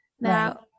now